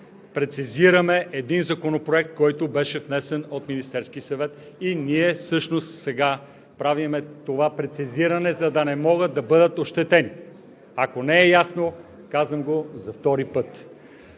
Прецизираме един законопроект, който беше внесен от Министерския съвет, и ние всъщност сега правим това прецизиране, за да не могат да бъдат ощетени. Ако не е ясно, казвам го за втори път.